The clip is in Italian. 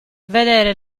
vedere